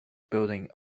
building